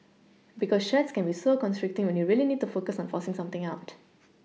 because shirts can be so constricting when you really need to focus on forcing something out